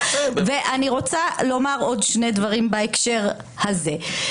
ואני רוצה לומר עוד שני דברים בהקשר הזה.